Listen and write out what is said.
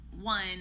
one